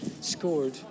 scored